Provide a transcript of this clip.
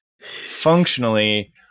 Functionally